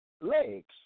legs